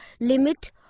limit